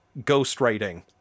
ghostwriting